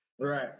Right